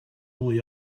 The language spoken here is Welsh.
fwy